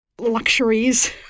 luxuries